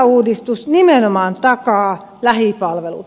kuntauudistus nimenomaan takaa lähipalvelut